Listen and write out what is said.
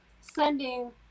sending